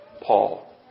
Paul